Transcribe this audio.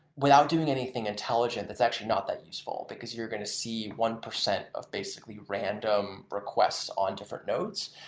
without doing anything intelligent, it's actually not that useful, because you're going to see one percent of basically random requests on different nodes.